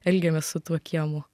elgiamės su tuo kiemu